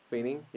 oh